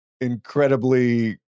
Incredibly